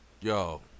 Yo